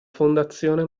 fondazione